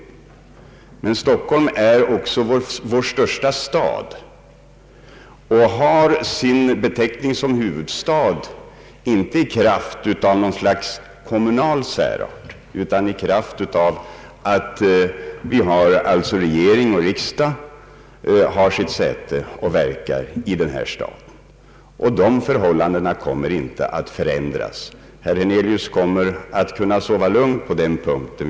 Men Stockholm är också vår största stad och har sin beteckning som huvudstad inte i kraft av något slags kommunal särart utan i kraft av att regering och riksdag har sitt säte i och verkar i denna stad. De förhållandena kommer inte att förändras genom den föreslagna reformen. Herr Hernelius kommer att kunna sova lugnt vad den frågan beträffar.